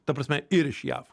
ta prasme ir iš jav